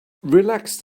relaxed